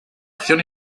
acción